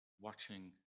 watching